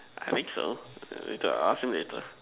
I think so later I ask him later